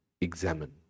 examine